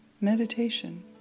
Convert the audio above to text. meditation